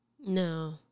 No